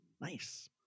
nice